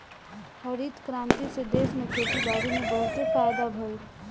हरित क्रांति से देश में खेती बारी में बहुते फायदा भइल